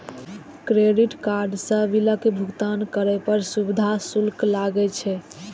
credit card सं बिलक भुगतान करै पर सुविधा शुल्क लागै छै